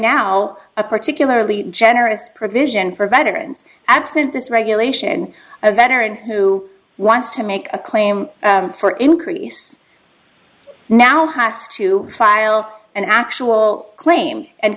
now a particularly generous provision for veterans absent this regulation a veteran who wants to make a claim for increase now has to file an actual claim and